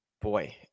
Boy